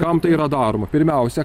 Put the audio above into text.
kam tai yra daroma pirmiausia